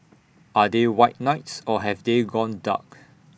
are they white knights or have they gone dark